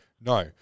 No